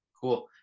cool